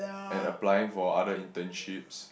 and applying for other internships